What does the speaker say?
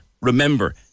remember